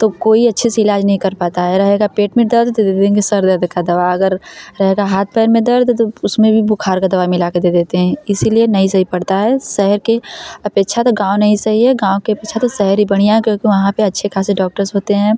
तो कोई अच्छे से इलाज़ नहीं कर पाता है रहेगा पेट में दर्द दे देंगे सिर दर्द का दवा अगर रहेगा हाथ पैर में दर्द तो उसमें भी बुखार का दवा मिला कर दे देते हैं इसलिए नहीं सही पड़ता है शहर के अपेक्षा तो गाँव नहीं सही है गाँव के अपेक्षा तो शहर ही बढ़िया है क्योंकि वहाँ पर अच्छे ख़ासे डॉक्टर्स होते हैं